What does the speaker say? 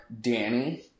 Danny